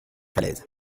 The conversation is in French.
falaise